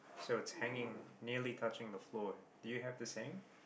so it's hanging nearly touching the floor do you have the same